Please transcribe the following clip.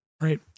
Right